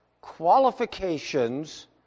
qualifications